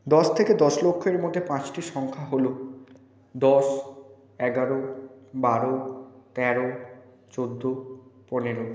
দশ থেকে দশ লক্ষের মধ্যে পাঁচটি সংখ্যা হলো দশ এগারো বারো তেরো চোদ্দ পনেরো